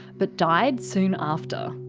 but died soon after.